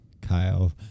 Kyle